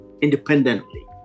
independently